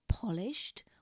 polished